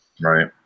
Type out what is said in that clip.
Right